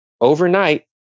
overnight